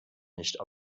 nicht